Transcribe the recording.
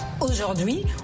Aujourd'hui